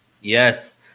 Yes